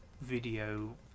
video